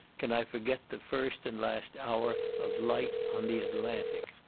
can i forget the first and last hour of light on the atlantic.